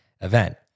event